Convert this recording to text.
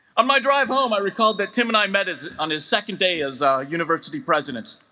on my drive home i recalled that tim and i met is on his second day as a university president